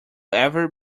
ever